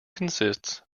consists